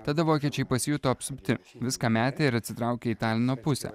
tada vokiečiai pasijuto apsupti viską metė ir atsitraukė į talino pusę